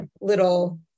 little